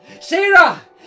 Sarah